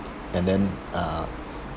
and then uh